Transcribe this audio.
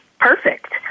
perfect